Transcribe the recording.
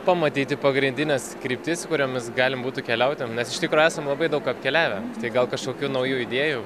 pamatyti pagrindines kryptis kuriomis galim būtų keliauti nes iš tikro esam labai daug apkeliavę tai gal kažkokių naujų idėjų